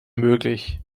möglich